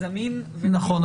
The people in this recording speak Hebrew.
זמין --- נכון.